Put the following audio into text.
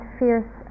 fierce